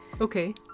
Okay